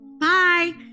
Bye